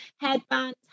headbands